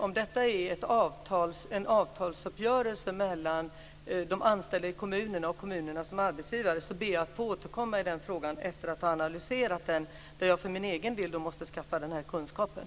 Om detta är en avtalsuppgörelse mellan de anställda i kommunerna och kommunerna som arbetsgivare ber jag att få återkomma i den frågan efter att ha analyserat den. Jag måste för min egen del skaffa den här kunskapen.